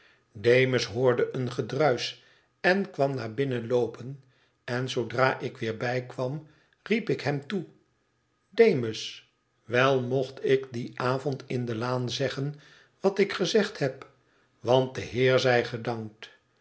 demus hoorde een gedruisch en kwam naar binnen loopen en zoodra ik weer bijkwam riep ik hem toe demus wel mocht ik dien avond in de laan zeggen wat ik gezegd heb want de heer zij gedankt